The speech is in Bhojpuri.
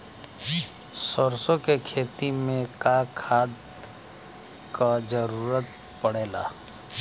सरसो के खेती में का खाद क जरूरत पड़ेला?